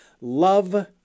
love